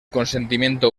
consentimiento